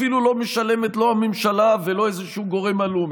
אפילו לא הממשלה משלמת ולא איזשהו גורם עלום,